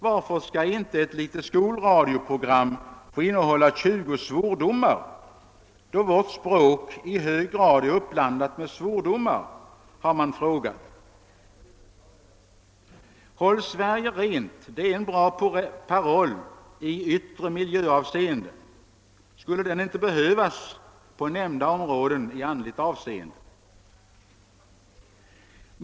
Varför skall inte ett litet skolradioprogram få innehålla tjugo svordomar, då vårt språk i hög grad är uppblandat med svordomar — har någon frågat. »Håll Sverige rent!» är en bra paroll i yttre miljöavseende. Skulle den inte behövas också på nämnda områden i andligt avseende?